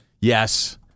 Yes